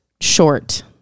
Short